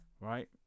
right